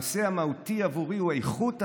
הנושא המהותי עבורי הוא איכות הסביבה,